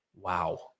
wow